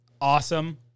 awesome